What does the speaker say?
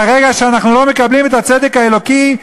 ברגע שאנחנו לא מקבלים את הצדק האלוקי,